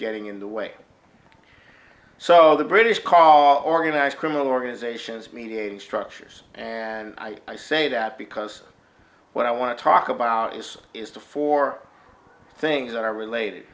getting in the way so the british call organized criminal organizations mediating structures and i say that because what i want to talk about use is to for things that are related